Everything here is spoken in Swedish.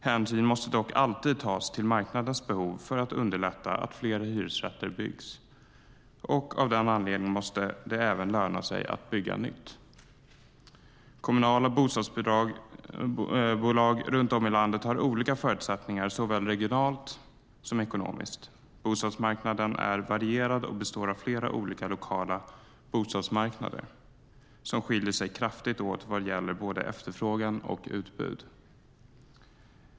Hänsyn måste dock alltid tas till marknadens behov för att underlätta att fler hyresrätter byggs, och av den anledningen måste det även löna sig att bygga nytt. Kommunala bostadsbolag runt om i landet har olika förutsättningar såväl regionalt som ekonomiskt. Bostadsmarknaden är varierad och består av flera lokala bostadsmarknader som skiljer sig kraftigt åt vad gäller både efterfrågan och utbud.